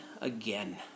again